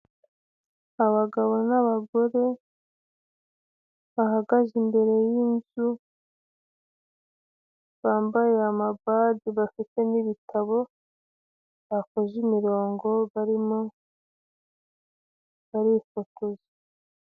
Abagabo n'abagore bahagaze imbere y'inzu, bambaye amabaje, bafite n'ibitabo, bakoze imirongo barimo barifotoza.